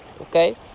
okay